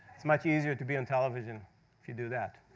it's much easier to be on television if you do that.